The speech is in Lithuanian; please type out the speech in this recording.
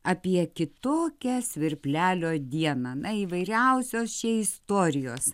apie kitokią svirplelio dieną na įvairiausios čia istorijos